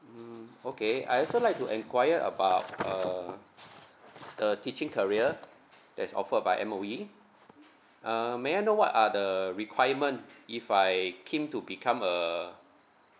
mm okay I also like to enquire about uh the teaching career that's offered by M_O_E uh may I know what are the requirement if I keen to become a